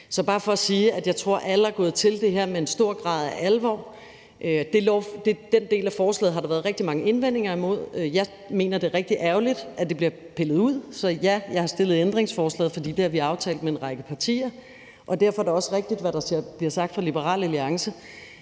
er bare for at sige, at jeg tror, at alle er gået til det her med en stor grad af alvor. Den del af forslaget har der været rigtig mange indvendinger imod. Jeg mener, det er rigtig ærgerligt, at det bliver pillet ud, så ja, jeg har stillet ændringsforslaget, for det har vi aftalt med en række partier. Derfor er det også rigtigt, hvad der bliver sagt fra Liberal Alliances